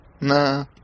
Nah